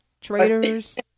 traitors